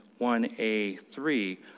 1A3